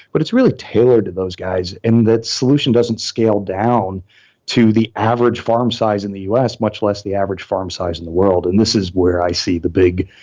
but it's really tailored to those guys and that solution doesn't scale down to the average farm size in the us, much less the average farm size in the world, and this is where i see the big,